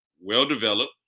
well-developed